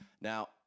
Now